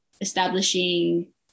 Establishing